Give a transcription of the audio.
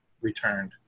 returned